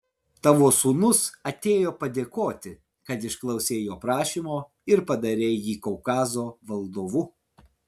tavo sūnus atėjo padėkoti kad išklausei jo prašymo ir padarei jį kaukazo valdovu